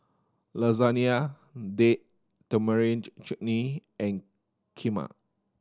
Lasagna Date Tamarind Chutney and Kheema